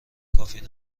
کافی